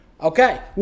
Okay